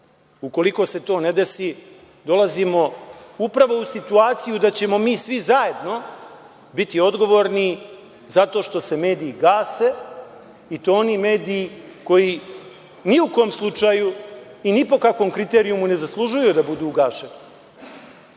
Ukoliko se to ne desi dolazimo upravo u situaciju da ćemo mi svi zajedno biti odgovorni zato što se mediji gase i to oni mediji koji ni u kom slučaju, ni po kakvom kriterijumu ne zaslužuju da budu ugašeni. Druga,